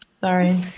Sorry